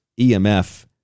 EMF